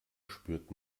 spürt